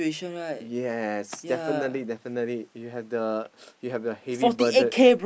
yes definitely definitely you have the you have the heavy burden